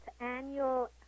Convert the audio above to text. Annual